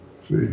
See